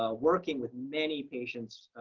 ah working with many patients,